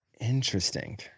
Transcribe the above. Interesting